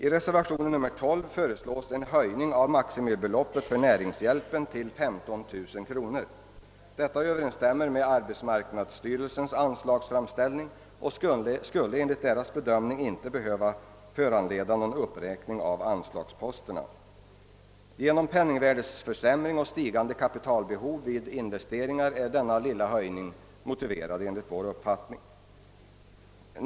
I reservation nr 12 föreslås en höjning av maximibeloppet för näringshjälpen till 15 000 kronor. Detta överensstämmer med arbetsmarknadsstyrelsens anslagsframställning och skulle enligt dess bedömning inte behöva föranleda någon uppräkning av anslagsposterna. På grund av penningvärdeförsämringen och stigande kapitalbehov vid investeringar är denna lilla höjning enligt vår uppfattning motiverad.